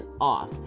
off